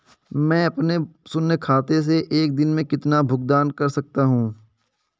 मैं अपने शून्य खाते से एक दिन में कितना भुगतान कर सकता हूँ?